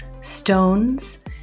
Stones